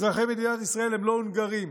אזרחי מדינת ישראל הם לא הונגרים,